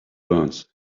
learns